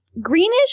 greenish